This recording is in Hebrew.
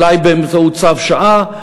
אולי באמצעות צו שעה.